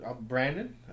Brandon